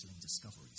discoveries